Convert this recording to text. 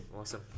awesome